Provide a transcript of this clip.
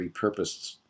repurposed